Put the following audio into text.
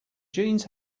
jeans